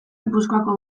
gipuzkoako